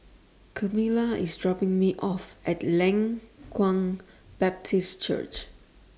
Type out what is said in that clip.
Camilla IS dropping Me off At Leng Kwang Baptist Church